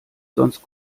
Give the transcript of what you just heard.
sonst